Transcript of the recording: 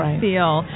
feel